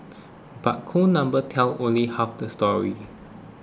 but cold numbers tell only half the story